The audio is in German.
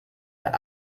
der